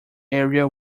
area